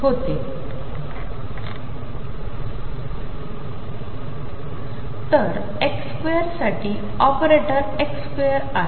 होते तर x2 साठी ऑपरेटर x2 आहे